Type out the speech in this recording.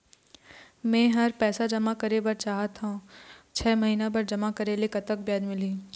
मे मेहर पैसा जमा करें बर चाहत हाव, छह महिना बर जमा करे ले कतक ब्याज मिलही?